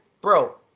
bro